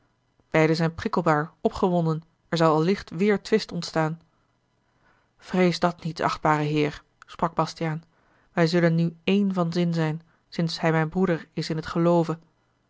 beiden zijn prikkelbaar opgewonden er zou allicht weêr twist ontstaan vrees dat niet achtbare heer sprak bastiaan wij zullen nu één van zin zijn sinds hij mijn broeder is in t